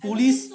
police